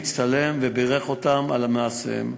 הצטלם ובירך אותם על מעשיהם.